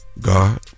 God